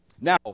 Now